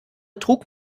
trug